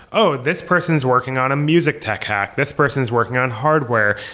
oh, this person's working on a music tech hack. this person is working on hardware.